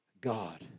God